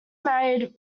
married